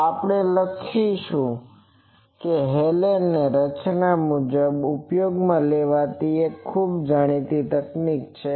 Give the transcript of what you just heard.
તો આપણે લખીશું હેલેનની રચના ખૂબ જ ઉપયોગમાં લેવાતી એક ખૂબ જાણીતી તકનીક છે